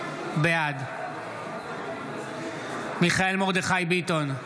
בעד מיכאל מרדכי ביטון,